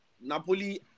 Napoli